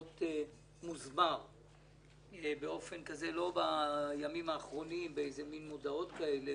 מוסבר באופן כזה לא בימים האחרונים במין מודעות כאלו